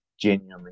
genuinely